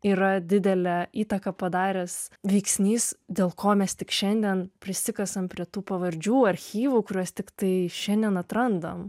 yra didelę įtaką padaręs veiksnys dėl ko mes tik šiandien prisikasam prie tų pavardžių archyvų kuriuos tiktai šiandien atrandam